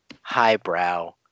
highbrow